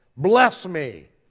bless me.